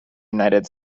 united